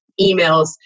emails